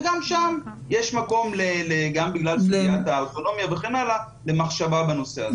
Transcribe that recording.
וגם שם יש מקום למחשבה בנושא הזה.